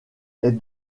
est